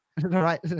right